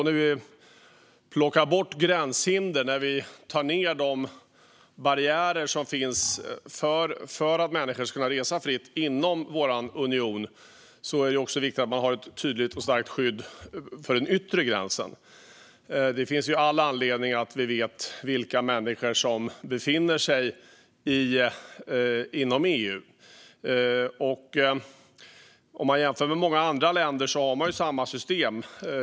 När vi plockar ned gränshinder och tar ned de barriärer som finns för att människor ska kunna resa fritt inom vår union är det viktigt att man har ett tydligt och starkt skydd för den yttre gränsen. Det finns all anledning att vi vet vilka människor som befinner sig inom EU. Om man jämför med många andra länder har man samma system.